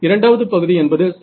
இரண்டாவது பகுதி என்பது சரி